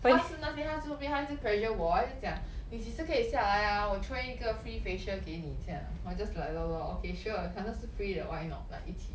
她是那些她就 pressure 我她一直讲你几时可以下来啊我 throw in 一个 free facial 给你这样 I just like that lor okay sure 反正是 free 的 why not like 一起